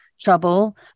trouble